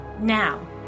Now